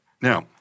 Now